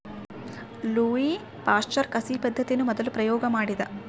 Louis Pasteur ಕಸಿ ಪದ್ದತಿಯನ್ನು ಮೊದಲು ಪ್ರಯೋಗ ಮಾಡಿದ